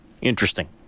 Interesting